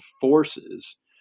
forces